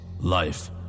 life